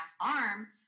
arm